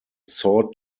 saw